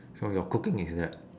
so your cooking is that